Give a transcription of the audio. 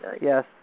yes